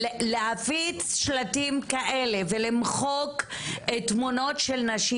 שלהפיץ שלטים כאלה ולמחוק תמונות של נשים